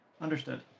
Understood